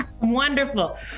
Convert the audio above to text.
Wonderful